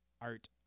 art